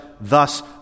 thus